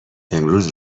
امروز